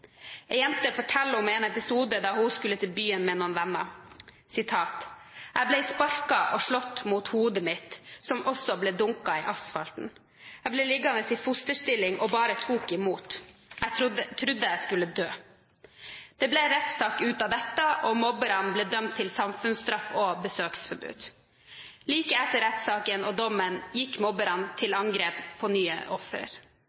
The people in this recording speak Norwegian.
forteller om en episode da hun skulle til byen med noen venner: «Jeg ble sparket og slått mot hodet mitt, som også ble dunket i asfalten. Ble liggende i fosterstilling og bare tok i mot. Jeg trodde jeg skulle dø.» Det ble rettssak av dette, og mobberne ble dømt til samfunnsstraff og besøksforbud. Like etter rettssaken og dommen gikk mobberne til angrep på nye ofre.